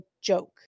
joke